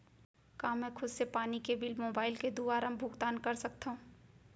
का मैं खुद से पानी के बिल मोबाईल के दुवारा भुगतान कर सकथव?